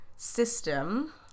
system